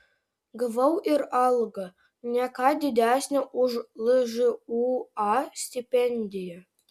gavau ir algą ne ką didesnę už lžūa stipendiją